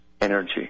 energy